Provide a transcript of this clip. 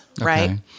right